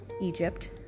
Egypt